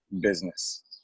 business